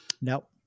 No